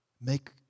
make